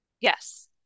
yes